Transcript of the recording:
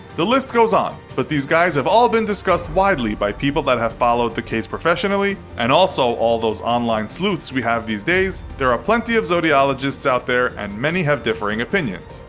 the list goes on, but these guys have all been discussed widely by people that have followed the case professionally, and also all those online sleuths we have these days. there are plenty of zodiologists out there, and many have differing opinions.